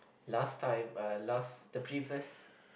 last time uh last the previous